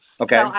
Okay